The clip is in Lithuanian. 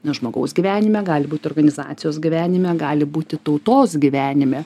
na žmogaus gyvenime gali būti organizacijos gyvenime gali būti tautos gyvenime